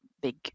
big